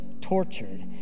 tortured